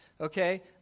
okay